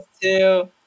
two